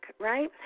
right